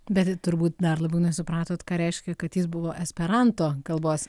bet tai turbūt dar labiau nesupratot ką reiškė kad jis buvo esperanto kalbos